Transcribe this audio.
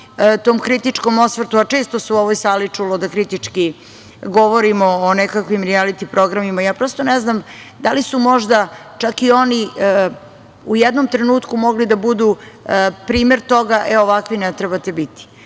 tom kritičkom osvrtu, a često se u ovoj sali čulo deiktički govorimo o nekakvim rijalitim programima, ja prosto ne znam da li su možda čak i oni u jednom trenutku mogli da budu primer toga – ovakvi ne trebate biti.